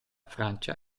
francia